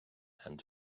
and